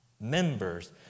members